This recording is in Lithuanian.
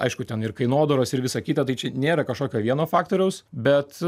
aišku ten ir kainodaros ir visa kita tai čia nėra kažkokio vieno faktoriaus bet